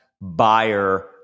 buyer